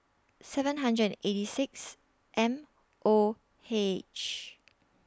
seven hundred and eighty six M O H